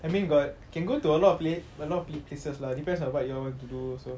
I mean got can go to a lot of place places lah depends on what you all want to do also